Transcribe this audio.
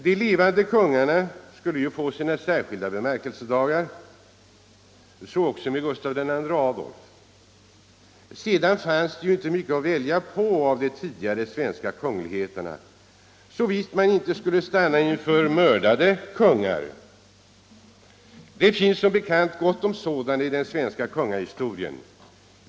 De levande kungarna skulle ju få sina särskilda bemärkelsedagar, så också Gustav II Adolf. Sedan fanns det inte mycket att välja på av de tidigare svenska kungligheterna, såvida man inte skulle stanna inför mördade kungar. Det finns som bekant gott om sådana i den svenska kungahistorien.